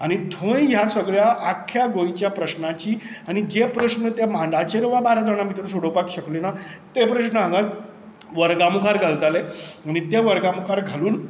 आनी थंय ह्या सगळ्या आख्या गोंयच्या प्रस्नाची आनी जे प्रस्न त्या मांडाचेर वा बाराजण जर सोडोवपाक शकले ना ते प्रश्न हांगा वर्गा मुखार घालताले आनी ते वर्गा मुखार घालून